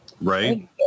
Right